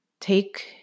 take